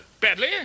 Badly